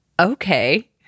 okay